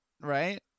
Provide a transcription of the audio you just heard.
right